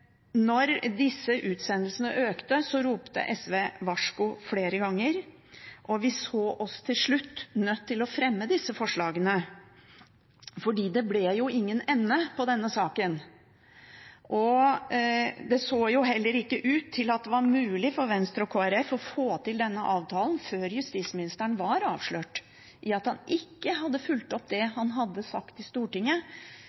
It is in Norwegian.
disse utsendelsene økte, ropte SV varsko flere ganger. Vi så oss til slutt nødt til å fremme disse forslagene, fordi det ble jo ingen ende på denne saken. Det så heller ikke ut til at det var mulig for Venstre og Kristelig Folkeparti å få til denne avtalen før justisministeren var avslørt i at han ikke hadde fulgt opp det han hadde sagt i Stortinget,